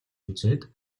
үзээд